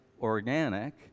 organic